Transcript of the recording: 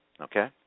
Okay